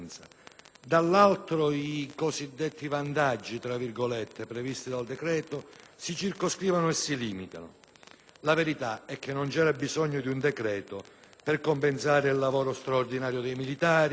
dall'altro i cosiddetti «vantaggi» previsti dal provvedimento si circoscrivono e si limitano. La verità è che non c'era bisogno di un decreto-legge per compensare il lavoro straordinario dei militari,